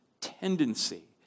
tendency